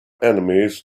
enemies